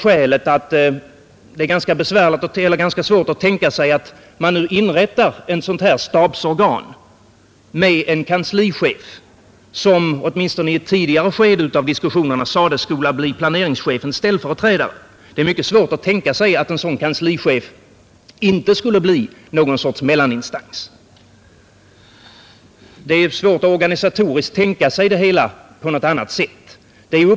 Meningen är ju att inrätta ett stabsorgan med en kanslichef, som åtminstone i ett tidigare skede av diskussionerna sades skola bli planeringschefens ställföreträdare, och det är ganska svårt att tänka sig att en sådan kanslichef inte skulle bli någon sorts mellaninstans. Det är svårt att organisatoriskt tänka sig det hela på något annat sätt.